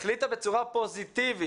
החליטה בצורה פוזיטיבית